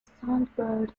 songbird